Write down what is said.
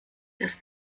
das